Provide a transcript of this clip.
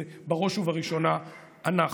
זה בראש ובראשונה אנחנו.